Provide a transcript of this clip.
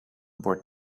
bord